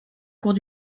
cours